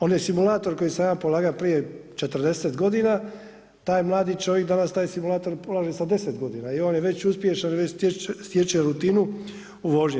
Onaj simulator koji sam ja polagao prije 40 godina taj mladi čovik danas, taj simulator polaže sa 10 godina i on je već uspješan, već stječe rutinu u vožnji.